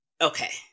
okay